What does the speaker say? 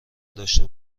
داشته